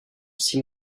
six